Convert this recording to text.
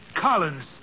Collins